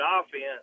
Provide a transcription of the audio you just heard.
offense